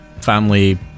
Family